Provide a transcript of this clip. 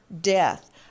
death